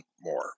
more